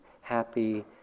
happy